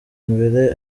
imbere